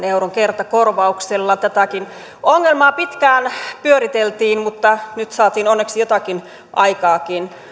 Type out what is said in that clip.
euron kertakorvauksella tätäkin ongelmaa pitkään pyöriteltiin mutta nyt saatiin onneksi jotakin aikaankin